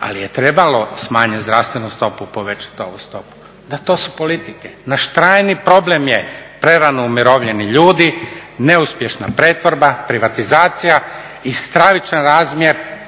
ali je trebalo smanjiti zdravstvenu stopu i povećati ovu stopu. Da, to su politike. Naš trajni problem je prerano umirovljeni ljudi, neuspješna pretvorba, privatizacija i stravičan razmjer od oko